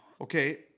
Okay